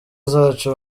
zacu